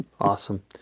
Awesome